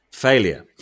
failure